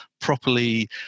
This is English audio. properly